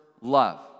love